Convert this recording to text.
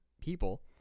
people